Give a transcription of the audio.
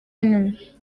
nyuma